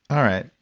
all right.